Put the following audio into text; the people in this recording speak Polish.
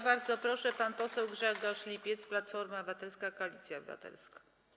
Bardzo proszę, pan poseł Grzegorz Lipiec, Platforma Obywatelska - Koalicja Obywatelska.